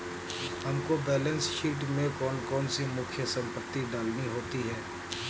हमको balance sheet में कौन कौन सी मुख्य संपत्ति डालनी होती है?